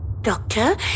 Doctor